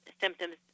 symptoms